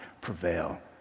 prevail